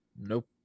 Nope